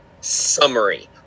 summary